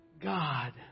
God